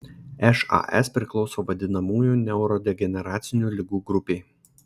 šas priklauso vadinamųjų neurodegeneracinių ligų grupei